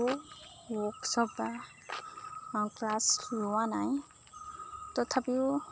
workshop বা class লোৱা নাই তথাপিও